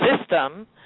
system